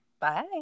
Bye